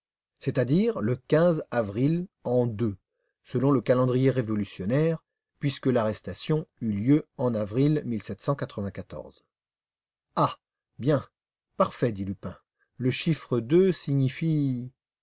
c'est-à-dire le avril an ii selon le calendrier révolutionnaire puisque l'arrestation eut lieu en avril ah bien parfait dit lupin le chiffre signifie